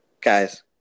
Guys